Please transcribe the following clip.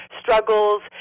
struggles